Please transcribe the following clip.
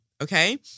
Okay